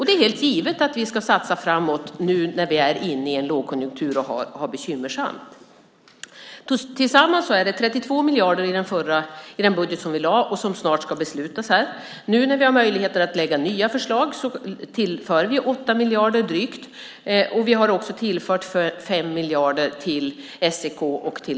Det är helt givet att vi ska satsa framåt nu när vi är inne i en lågkonjunktur och har det bekymmersamt. Sammanlagt är det 32 miljarder i den budget som vi lagt fram och det snart ska beslutas om. Nu när vi har möjlighet att lägga fram nya förslag tillför vi drygt 8 miljarder. Vi har även tillfört 5 miljarder till SEK och Almi.